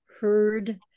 heard